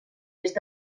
est